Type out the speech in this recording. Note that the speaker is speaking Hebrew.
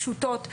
פשוטות,